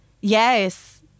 Yes